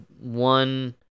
one